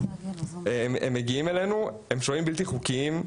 הם שוהים בלתי חוקיים,